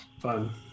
Fun